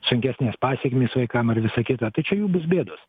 sunkesnės pasekmės vaikam ar visa kita tai čia jų bus bėdos